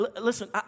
Listen